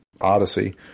Odyssey